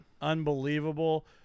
unbelievable